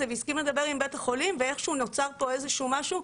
והסכים לדבר עם בית החולים ואיכשהו נוצר פה איזשהו משהו,